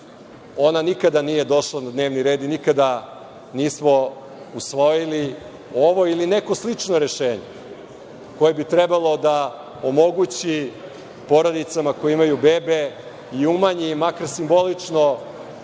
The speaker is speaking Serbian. ona nikada nije došla na dnevni red i nikada nismo usvojili ovo ili neko slično rešenje koje bi trebalo da omogući porodicama koje imaju bebe i umanji im makar simbolično